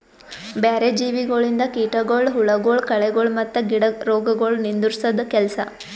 ಬ್ಯಾರೆ ಜೀವಿಗೊಳಿಂದ್ ಕೀಟಗೊಳ್, ಹುಳಗೊಳ್, ಕಳೆಗೊಳ್ ಮತ್ತ್ ಗಿಡ ರೋಗಗೊಳ್ ನಿಂದುರ್ಸದ್ ಕೆಲಸ